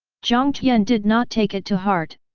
jiang tian did not take it to heart,